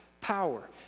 power